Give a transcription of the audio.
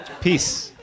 peace